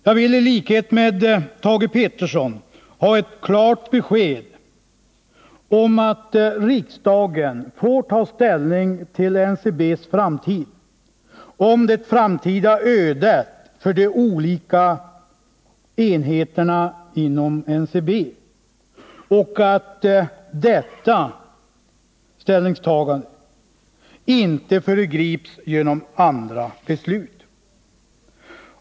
Jag vill, i likhet med Thage Peterson, ha ett klart besked om att riksdagen får ta ställning till det framtida ödet för de olika enheterna inom NCB och att detta ställningstagande inte föregrips genom andra beslut.